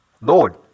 Lord